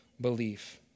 belief